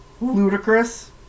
Ludicrous